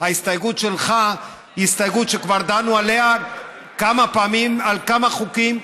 ההסתייגות שלך היא הסתייגות שכבר דנו עליה כמה פעמים בכמה חוקים.